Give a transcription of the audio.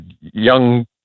young